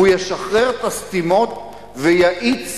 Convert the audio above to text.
הוא ישחרר את הסתימות ויאיץ